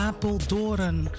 Apeldoorn